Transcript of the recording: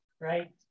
right